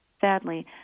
Sadly